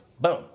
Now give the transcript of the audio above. Boom